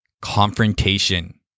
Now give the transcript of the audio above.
Confrontation